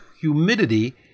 humidity